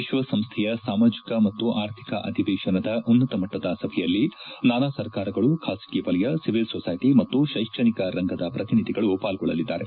ವಿಶ್ವಸಂಸ್ಥೆಯ ಸಾಮಾಜಿಕ ಮತ್ತು ಆರ್ಥಿಕ ಅಧಿವೇಶನದ ಉನ್ನತ ಮಟ್ಟದ ಸಭೆಯಲ್ಲಿ ನಾನಾ ಸರ್ಕಾರಗಳು ಖಾಸಗಿ ವಲಯ ಸಿವಿಲ್ ಸೊಸೈಟಿ ಮತ್ತು ಶೈಕ್ಷಣಿಕ ರಂಗದ ಪ್ರತಿನಿಧಿಗಳು ಪಾಲ್ಗೊಳ್ಳಲಿದ್ದಾರೆ